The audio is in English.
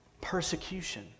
persecution